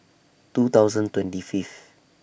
two thousand twenty Fifth